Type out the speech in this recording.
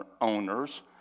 owners